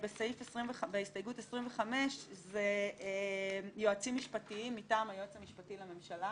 בהסתייגות 25 זה יועצים משפטיים מטעם היועץ המשפטי לממשלה.